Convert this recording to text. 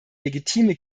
legitime